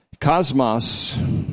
Cosmos